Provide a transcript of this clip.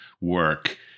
work